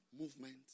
movement